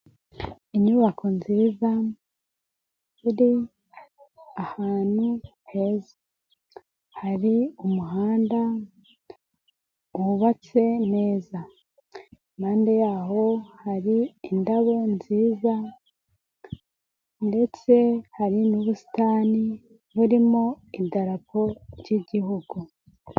Inyubako nziza iri ahantu heza, hari umuhanda wubatse neza, impande yaho hari indabo nziza ndetse hari n'ubusitani burimo idarapo ry'igihugu.